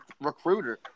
recruiter